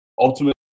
Ultimately